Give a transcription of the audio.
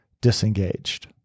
disengaged